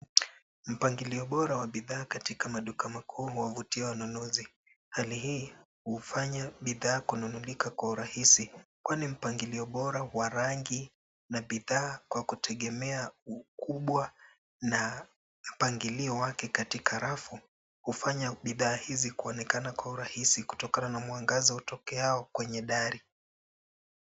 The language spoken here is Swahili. Mpangilio bora wa bidhaa katika maduka makuu huwavutia wanunuzi. Hali hii hufanya bidhaa kununulika kwa urahisi kwani mpangilio bora wa rangi na bidhaa kwa kutegemea ukubwa na mpangilio wake katika rafu hufanya bidhaa hizi kuonekana kwa urahisi kutokana na mwangaza utokeao kwenye dari.